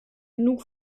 genug